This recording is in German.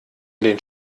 den